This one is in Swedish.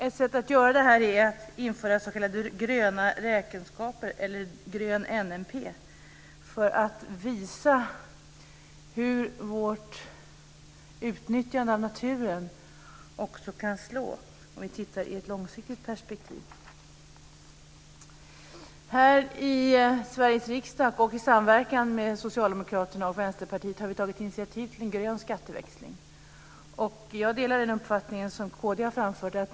Ett sätt att göra det är att införa s.k. gröna räkenskaper eller grön NNP. På så sätt visar vi hur vårt utnyttjande av naturen kan slå i ett långsiktigt perspektiv. Här i Sveriges riksdag, och i samverkan med Socialdemokraterna och Vänsterpartiet, har vi tagit initiativ till en grön skatteväxling. Jag delar den uppfattning som kd har framfört.